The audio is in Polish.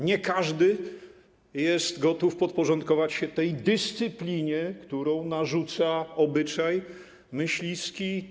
Nie każdy jest gotów podporządkować się tej dyscyplinie, którą narzuca obyczaj myśliwski.